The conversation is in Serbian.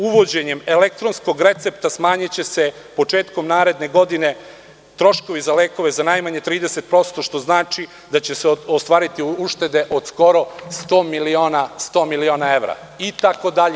Uvođenjem elektronskog recepta smanjiće se početkom naredne godine troškovi za lekove za najmanje 30%, što znači da će se ostvariti uštede od skoro 100 miliona evra itd.